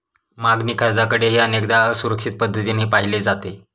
मागणी कर्जाकडेही अनेकदा असुरक्षित पद्धतीने पाहिले जाते